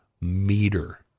meter